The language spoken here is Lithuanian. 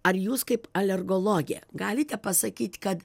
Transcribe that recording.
ar jūs kaip alergologė galite pasakyt kad